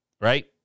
right